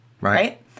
Right